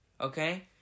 Okay